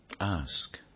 ask